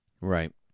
Right